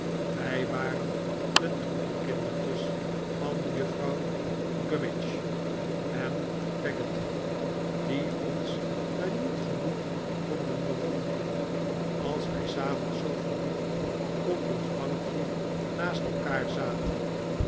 wij waren de troetelkindertjes van juffrouw gummidge en peggotty die ons maar niet genoeg konden bewonderen als wij s avonds zoo verliefd op ons bankje naast elkaar zaten